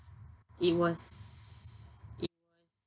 it was it was